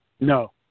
No